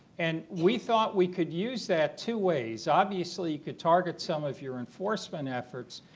and we thought we could use that to ways. obviously you could target some of your enforcement efforts,